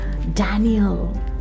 Daniel